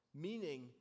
meaning